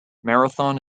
marathon